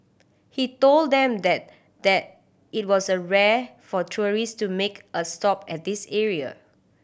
he told them that that it was a rare for tourist to make a stop at this area